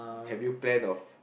have you plan of